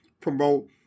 promote